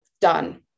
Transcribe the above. Done